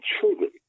children